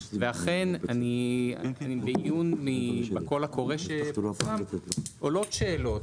ואכן, בעיון בקול הקורא שפורסם עולות שאלות.